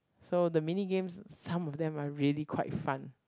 so the mini games some of them are really quite fun